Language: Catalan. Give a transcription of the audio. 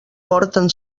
porten